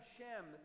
Shem